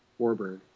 Warbird